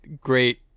great